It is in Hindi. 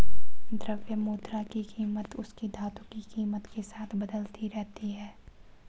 द्रव्य मुद्रा की कीमत उसकी धातु की कीमत के साथ बदलती रहती है